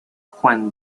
juan